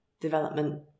development